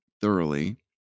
thoroughly